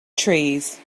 trees